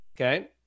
okay